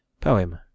poem